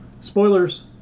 spoilers